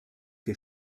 wir